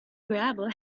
gravel